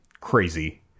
crazy